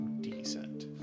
decent